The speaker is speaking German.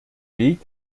weg